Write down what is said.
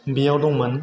बेयाव दंमोन